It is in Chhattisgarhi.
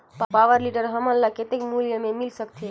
पावरटीलर हमन ल कतेक मूल्य मे मिल सकथे?